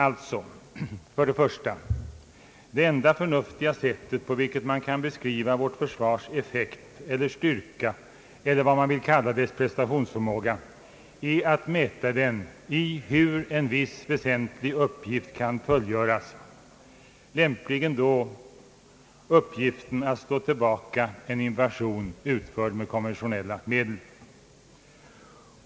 För det första är det enda förnuftiga sättet, på vilken man kan beskriva vårt försvars effekt, styrka, prestationsförmåga eller vad man vill kalla det, att mäta den i hur en viss väsentlig uppgift kan fullgöras, lämpligen då uppgiften att slå tillbaka en invasion utförd med konventionella medel.